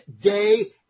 Day